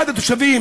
אחד התושבים